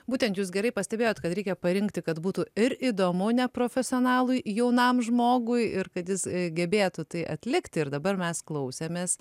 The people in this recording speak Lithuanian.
būtent jūs gerai pastebėjot kad reikia parinkti kad būtų ir įdomu neprofesionalui jaunam žmogui ir kad jis gebėtų tai atlikti ir dabar mes klausėmės